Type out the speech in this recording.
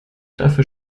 dafür